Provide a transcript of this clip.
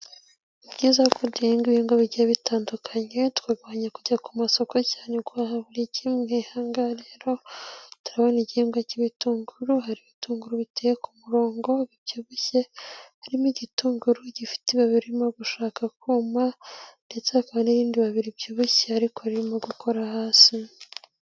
Ni byiza ko duhinga ibihingwa bigiye bitandukanye, tukarwanya kujya ku masoko cyane guhaha buri kimwe, ahangaha rero turabona igihingwa cy'ibitunguru, hari ibitunguru biteye ku murongo bibyibushye, harimo igitunguru gifite ibabi ririmo gushaka kuma ndetse hakaba n'ibindi bibabi bibyibushye ariko birimo gukora hasi.